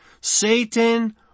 Satan